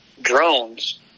drones